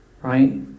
right